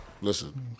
Listen